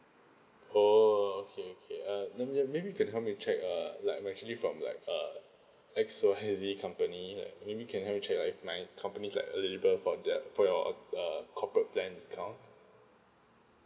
oh okay okay uh maybe maybe you can help me check uh like I'm actually from like uh exo hazy company uh maybe you can help me check like if my company is like eligible for their for your uh premier uh corporate plan discount